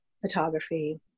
photography